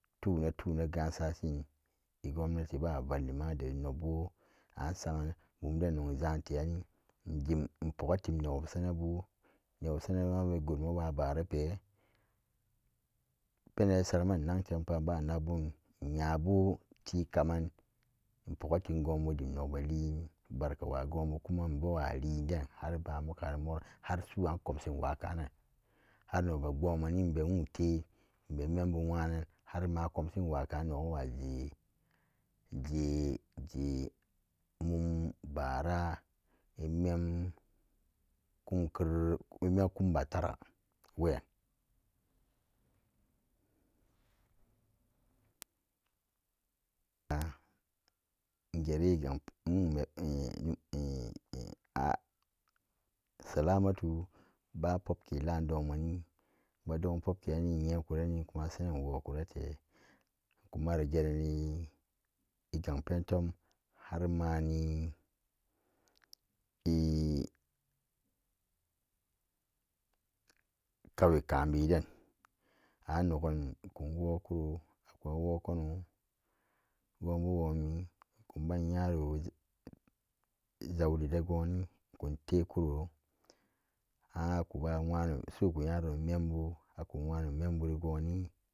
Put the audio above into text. Tuna tuna gansashin i govenati be wa valleuman adari nokbu asaman bonden nok zante xanni inpekgan tim newabsang newabsaban igu rumu mawa barape. penan isaru mman innak teran in gate inxabu tekamen inpukgutim gonbu deman saman bar ka wagunbu kumano bawa lin ben den hamaka muran hagv nokbe gwaman nolibe nwon ten har inbe menbu nxwagnan har kum shin karan nok bawaj jeje mum bara imen koni kereke inmen kumba tara, a in gera inwa ome in in a salamatu ba pukke lam duman badon pukkenikon avekoro kon saran wokota kumari ger eni iganpentom mani i kauve kan be den annokn nkon wokano gonmuma wommi konban nyaro zaudi de goni ikon tekoro ankoba wano sukunya mmo akunagno burni